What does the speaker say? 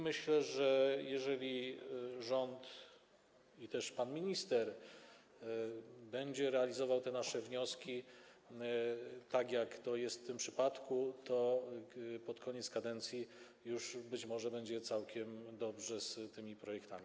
Myślę, że jeżeli rząd i pan minister będą realizować nasze wnioski tak, jak jest w tym przypadku, to pod koniec kadencji być może będzie już całkiem dobrze z tymi projektami.